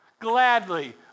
gladly